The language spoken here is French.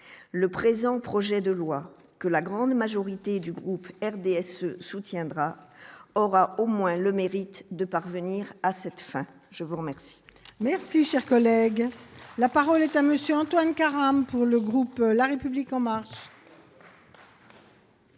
le présent projet de loi que la grande majorité du groupe RDSE soutiendra aura au moins le mérite de parvenir à cette fin, je vous remercie. Merci, cher collègue, la parole est à monsieur Antoine Karam pour le groupe, la République en. Madame